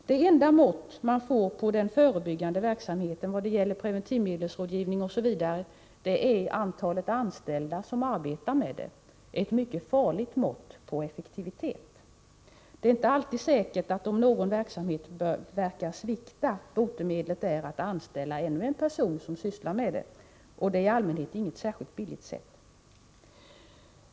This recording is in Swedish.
Det enda mått man får på den förebyggande verksamheten vad gäller preventivmedelsrådgivning m.m. är antalet anställda som arbetar med den — ett mycket farligt mått på effektivitet. Det är inte alltid säkert, om någon verksamhet verkar svikta, att botemedlet är att anställa ännu en person som sysslar med den — och det är i allmänhet inget särskilt billigt sätt.